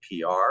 PR